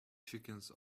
chickens